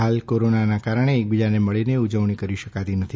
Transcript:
હાલ કોરોનાના કારણે એકબીજાને મળીને ઉજવણી કરી શકાતી નથી